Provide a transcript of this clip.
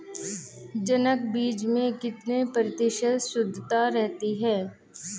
जनक बीज में कितने प्रतिशत शुद्धता रहती है?